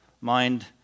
mind